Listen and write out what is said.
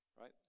Right